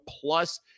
plus